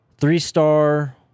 three-star